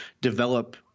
develop